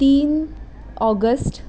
तीन ऑगस्ट